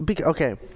Okay